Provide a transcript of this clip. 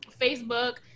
Facebook